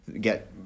get